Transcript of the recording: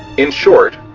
in short,